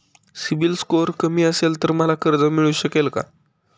CIBIL score कमी असेल तर मला कर्ज मिळू शकेल का?